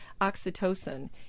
oxytocin